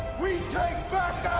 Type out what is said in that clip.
we take back